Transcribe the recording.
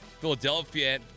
Philadelphia